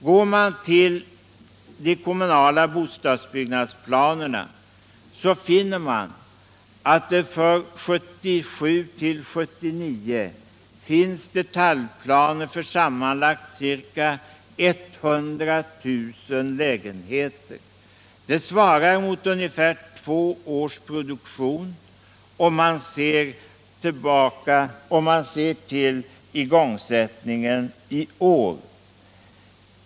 Går man till de kommunala bostadsbyggnadsplanerna finner man att — Nr 41 det för 1977-1979 finns detaljplaner för sammanlagt ca 100 000 lägen Onsdagen den heter. Det svarar mot ungefär två års produktion, om man ser till igång 7 december 1977 sättningen i år.